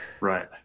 Right